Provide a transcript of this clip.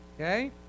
Okay